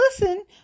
listen